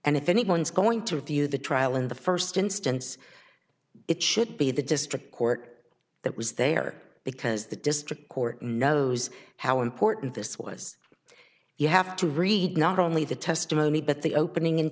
and if anyone's going to view the trial in the first instance it should be the district court that was there because the district court knows how important this was you have to read not only the testimony but the opening